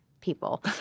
people